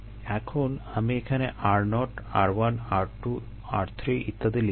এখন আমি এখানে r0 r1 r2 r3 ইত্যাদি লিখেছি